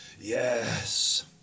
Yes